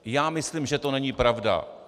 Já myslím, že to není pravda.